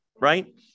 right